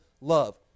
love